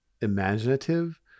imaginative